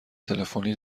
تلفنی